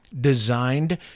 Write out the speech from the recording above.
designed